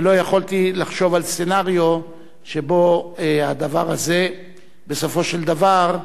ולא יכולתי לחשוב על סצנריו שבו הדבר הזה בסופו של דבר,